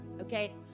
okay